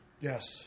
Yes